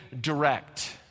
direct